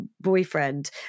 boyfriend